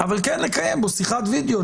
אבל כן לקיים בו שיחת וידיאו.